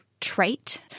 trait